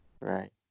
Right